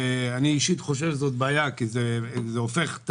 אני אישית חושב שזאת בעיה כי זה הופך את